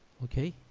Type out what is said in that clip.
okay